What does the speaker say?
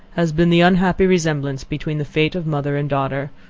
has been the unhappy resemblance between the fate of mother and daughter!